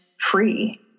free